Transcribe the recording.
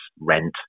rent